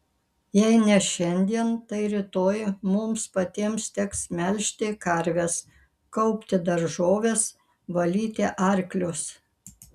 jei ne šiandien tai rytoj mums patiems teks melžti karves kaupti daržoves valyti arklius